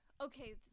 Okay